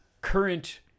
current